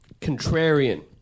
contrarian